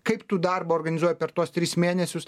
kaip tu darbą organizuoji per tuos tris mėnesius